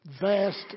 vast